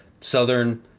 Southern